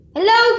Hello